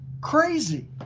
crazy